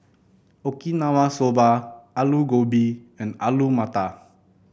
Okinawa Soba Alu Gobi and Alu Matar